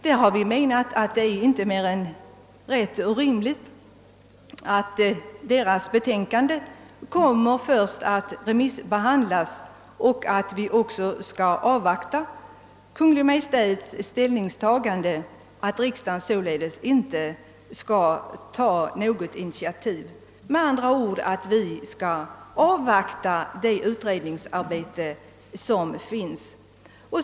Vi har menat att det inte är mer än rätt och rimligt att dess betänkande först remissbehandlas och att vi också avvaktar Kungl. Maj:ts ställningstagande. Riksdagen bör således inte nu ta något initiativ. Vi skall med andra ord avvakta resultatet av det utredningsarbete som pågår.